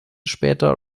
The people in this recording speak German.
später